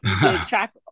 track